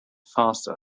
faster